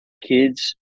kids